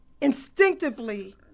instinctively